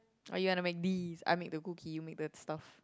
or you wanna make these I make the cookie you make the stuff